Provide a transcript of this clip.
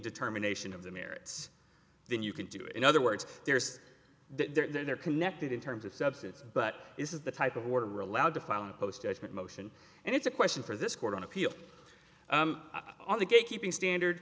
determination of the merits then you can do it in other words there's they're connected in terms of substance but this is the type of order allowed to file a post judgment motion and it's a question for this court on appeal on the gatekeeping standard